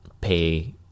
pay